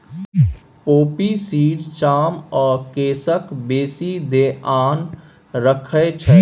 poppy seed चाम आ केसक बेसी धेआन रखै छै